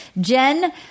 Jen